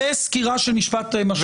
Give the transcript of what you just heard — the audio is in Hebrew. וסקירה של משפט משווה,